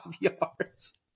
yards